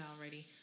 already